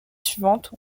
suivantes